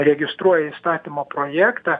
registruoja įstatymo projektą